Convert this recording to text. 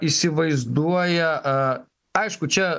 įsivaizduoja a aišku čia